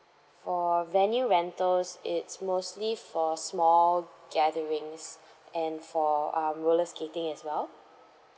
for venue rentals it's mostly for small gatherings and for um roller skating as well